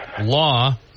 law